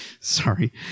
sorry